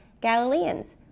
Galileans